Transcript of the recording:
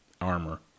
armor